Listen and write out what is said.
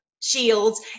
Shields